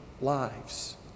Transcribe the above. lives